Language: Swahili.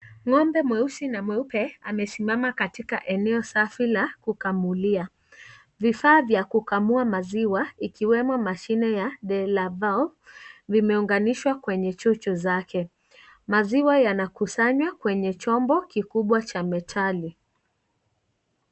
Ngombe mweusi na mweupe wamesimama pahali safi pa kukamulia. Vifaa vya kukamulia maziwa ikiwemo mashine ya delava vimeunganishwa kwenye chuchu yake. Maziwa yanakusanywa kwenye chombo kikubwa cha metali.